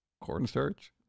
cornstarch